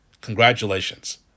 congratulations